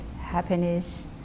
happiness